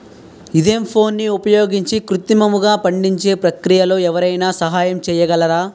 ఈథెఫోన్ని ఉపయోగించి కృత్రిమంగా పండించే ప్రక్రియలో ఎవరైనా సహాయం చేయగలరా?